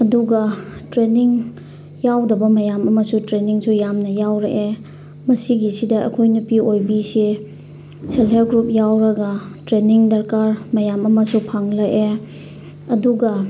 ꯑꯗꯨꯒ ꯇ꯭ꯔꯦꯟꯅꯤꯡ ꯌꯥꯎꯗꯕ ꯃꯌꯥꯝ ꯑꯃꯁꯨ ꯇ꯭ꯔꯦꯅꯤꯡꯁꯨ ꯌꯥꯝꯅ ꯌꯥꯎꯔꯛꯑꯦ ꯃꯁꯤꯒꯤꯁꯤꯗ ꯑꯩꯈꯣꯏ ꯅꯨꯄꯤ ꯑꯣꯏꯕꯤꯁꯦ ꯁꯦꯜꯐ ꯍꯦꯜꯞ ꯒ꯭ꯔꯨꯞ ꯌꯥꯎꯔꯒ ꯇ꯭ꯔꯦꯅꯤꯡ ꯗꯔꯀꯥꯔ ꯃꯌꯥꯝ ꯑꯃꯁꯨ ꯐꯪꯂꯛꯑꯦ ꯑꯗꯨꯒ